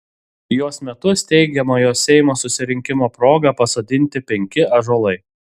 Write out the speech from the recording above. jos metu steigiamojo seimo susirinkimo proga pasodinti penki ąžuolai